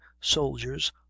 soldiers